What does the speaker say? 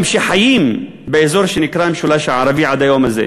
שחיים באזור שנקרא המשולש הערבי עד היום הזה.